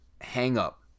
hang-up